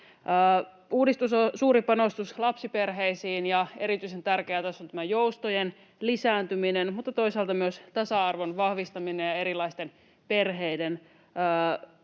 Uudistus on suuri panostus lapsiperheisiin. Erityisen tärkeää tässä on tämä joustojen lisääntyminen, mutta toisaalta myös tasa-arvon vahvistaminen ja erilaisten perheiden